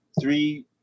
three